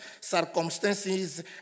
circumstances